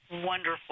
wonderful